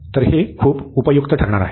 तर हे खूप उपयुक्त ठरणार आहे